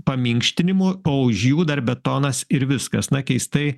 paminkštinimui o už jų dar betonas ir viskas na keistai